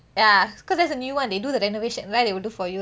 ya because that's the new one they do the renovation right they do for you right